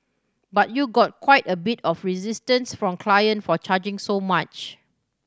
but you got quite a bit of resistance from client for charging so much